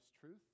truth